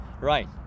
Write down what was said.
right